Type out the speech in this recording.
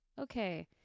Okay